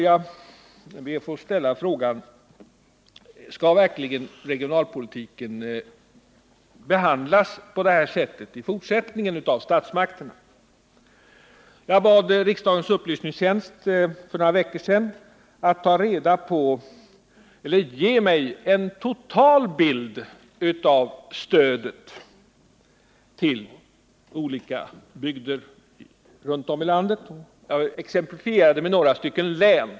Jag bad för några veckor sedan riksdagens upplysningstjänst att ta reda på uppgifter och ge mig en total bild av stödet till olika bygder runt om i landet, och jag exemplifierade med några län.